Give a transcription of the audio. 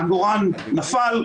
עגורן נפל,